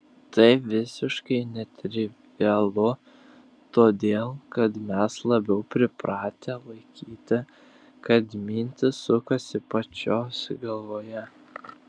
tai visiškai netrivialu todėl kad mes labiau pripratę laikyti kad mintys sukasi pačios galvoje